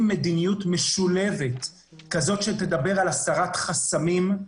מדיניות משולבת שתדבר על הסרת חסמים מימוניים,